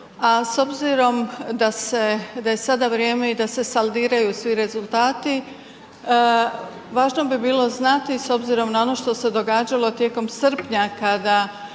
a s obzirom da je sada vrijeme i da se saldiraju svi rezultati važno bi bilo znati s obzirom na ono što se događalo tijekom srpnja kada